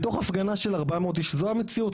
בתוך הפגנה של 400 איש זו המציאות,